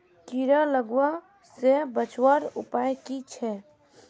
कीड़ा लगवा से बचवार उपाय की छे?